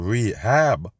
Rehab